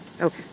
Okay